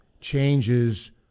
changes